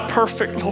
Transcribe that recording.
perfect